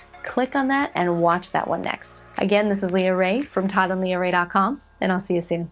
click on that, and watch that one next. again, this is leahrae from toddandleahrae ah com, and i'll see you soon.